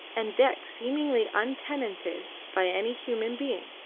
and decks seemingly untenanted by any human being.